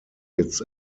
its